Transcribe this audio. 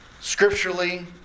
Scripturally